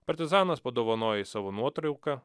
partizanas padovanojo jai savo nuotrauką